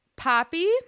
poppy